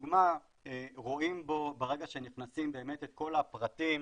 כדוגמה, רואים בו, ברגע שנכנסים, את כל הפרטים.